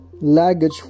luggage